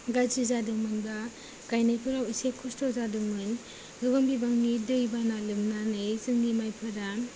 गाज्रि जादोंमोन बा गायनायफोराव एसे खस्थ' जादोंमोन गोबां बिबांनि दै बाना लोमनानै जोंनि माइफोरा